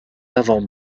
avant